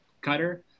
cutter